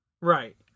Right